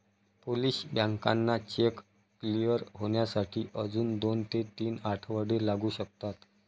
Polish बँकांना cheque clear होण्यासाठी अजून दोन ते तीन आठवडे लागू शकतात